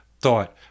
thought